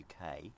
UK